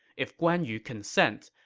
if guan yu consents,